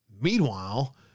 Meanwhile